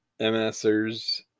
MSers